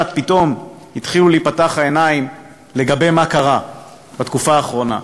קצת פתאום התחילו להיפתח העיניים לגבי מה שקרה בתקופה האחרונה,